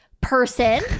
person